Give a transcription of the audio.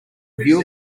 view